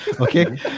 Okay